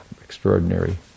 extraordinary